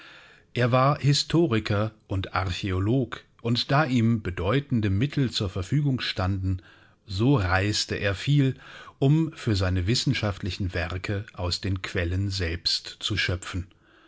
er war historiker und archäolog und da ihm bedeutende mittel zur verfügung standen so reiste er viel um für seine wissenschaftlichen werke aus den quellen selbst zu schöpfen